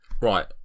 Right